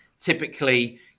Typically